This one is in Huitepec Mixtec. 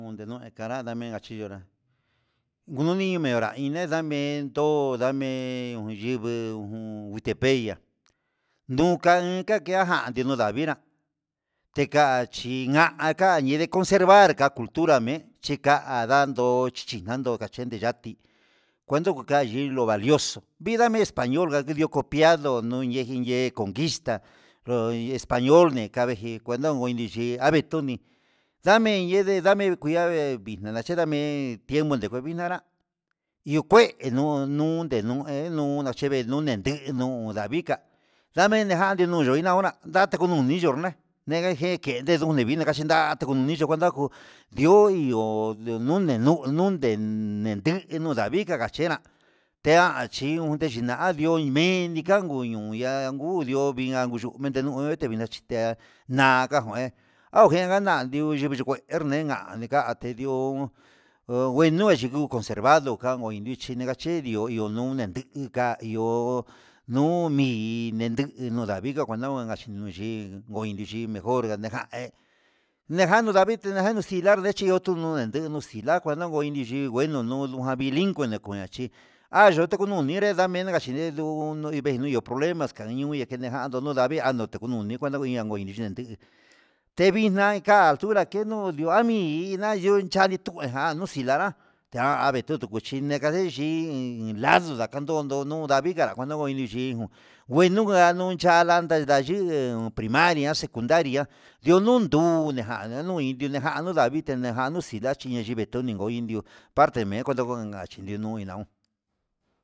Onde nuu inkanra me'e kachinonra ngune enranime ndameto ndame yime'e ngu gutepecya nunka kanguian ka nuu davinra dekachi ka kanda conservar ka cultunra me'en chí nda ndando chichina'a kachende ndando ndi kuandunku ka yilo'o valioso vida'a me'e español ngadingu copiado nuu ñeji ye'e conquista lo español ndaviji kuenda aviji ndumentunixhi ndamen yende nadamen kuine nenana chenda me'en tiempo ni ku vinanrá niu kue nu nuu nunde nache nuu ni cheve'e, nunende nuu ndaviika ndamen nejani no'o yuni na hora ndate yujuxni norna'a neje nikachiune nutenan nujun niu chikunta ko ndio niunune nuu nundé ndendi nikavicha katena nianchi niunde xhina ndi'ó nimen, nikannguña niuduu vinga ngunio mete'e vinachiga nakangue ajuenajian ndiu yivii nuu kué nengan ngantedi'ó ho nguenuu nganchuku conservar andugan nevichi nachedi'o nune inka tidi'ó omii ndedikan nguan nananka nachino yii koinichi ngorga nachiva ne'e nejano ndavii nejano xilachi niutuninde ndengu nuu xakano nachivixi ngueno no'o, ha bilingue nachiona chí ayuu notikununre ndeni ndan meni kachini nduu veyux problema kanixyuu venijan ndodo ndavii jando kununi kuenda kuu yuu tenguixki kunina, anka altura keno ndua ami'ina ñiyavi itunija xilanra ta ave tuu tukuchí ndekane yiin lando nakandono undavika kuenta njoni xhiun ngueno nguu chanda ndayuu primaria secundaria yanuu tuna'a ndananui nija nuu davii anuxila nikanintoni nguoi indio parte me'en kuenda nguon china jun.